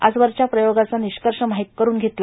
आजवरच्या प्रयोगाचं निष्कर्ष माहित करून घेतलं